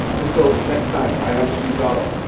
until next time, i am steve dotto.